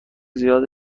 زیاد